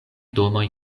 domoj